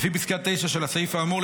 לפי פסקה (9) של הסעיף האמור,